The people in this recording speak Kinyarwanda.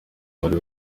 bari